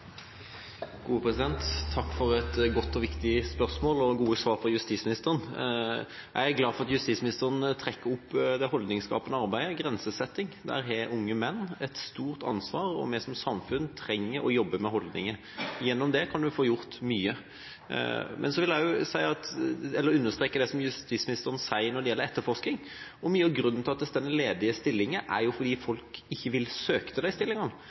justisministeren. Jeg er glad for at justisministeren trekker opp det holdningsskapende arbeidet, grensesetting. Der har unge menn et stort ansvar, og vi som samfunn trenger å jobbe med holdninger. Gjennom det kan man få gjort mye. Men så vil jeg også understreke det som justisministeren sier når det gjelder etterforskning. Mye av grunnen til at det står ledige stillinger, er at folk ikke vil søke på de stillingene.